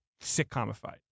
sitcomified